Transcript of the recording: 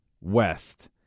West